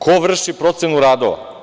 Ko vrši procenu radova?